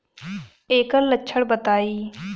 एकर लक्षण बताई?